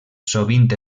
sovint